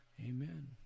Amen